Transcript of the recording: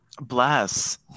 Bless